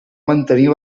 mantenir